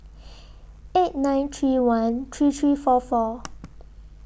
eight nine three one three three four four